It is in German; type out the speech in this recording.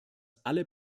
alle